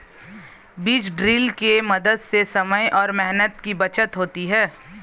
बीज ड्रिल के मदद से समय और मेहनत की बचत होती है